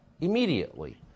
immediately